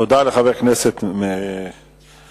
תודה לחבר הכנסת פלסנר.